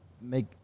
make